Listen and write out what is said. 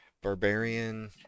barbarian